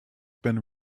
been